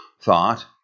thought